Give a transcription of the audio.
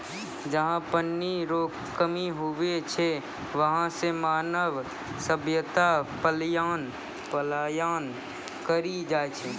जहा पनी रो कमी हुवै छै वहां से मानव सभ्यता पलायन करी जाय छै